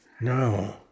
No